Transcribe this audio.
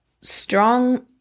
strong